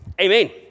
amen